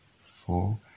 four